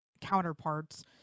counterparts